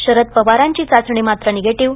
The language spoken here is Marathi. शरद पवारांची चाचणी मात्र निगेटिव्ह